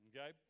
okay